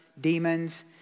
demons